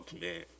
man